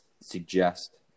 suggest –